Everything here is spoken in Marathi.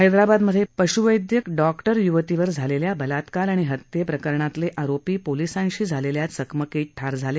हैदराबादमधे पशुवैद्य डॉक्टर युवतीवर झालेल्या बलात्कार आणि हत्येप्रकरणातले आरोपी पोलिसांशी झालेल्या चकमकीत ठार झाले